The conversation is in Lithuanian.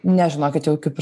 ne žinokit jau kaip ir